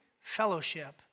fellowship